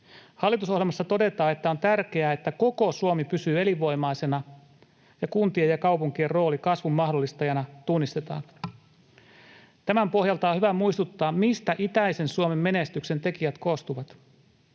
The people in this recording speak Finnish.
Hallitusohjelmassa todetaan, että on tärkeää, että koko Suomi pysyy elinvoimaisena ja kuntien ja kaupunkien rooli kasvun mahdollistajana tunnistetaan. Tämän pohjalta on hyvä muistuttaa, mistä itäisen Suomen menestyksen tekijät koostuvat.